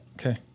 Okay